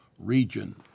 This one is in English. region